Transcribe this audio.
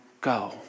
go